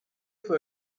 for